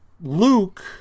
Luke